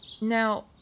now